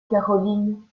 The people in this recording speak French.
caroline